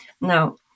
Now